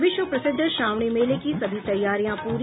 और विश्व प्रसिद्ध श्रावणी मेले की सभी तैयारियां पूरी